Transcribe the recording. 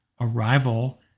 arrival